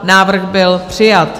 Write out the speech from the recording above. Návrh byl přijat.